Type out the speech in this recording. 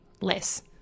less